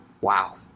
wow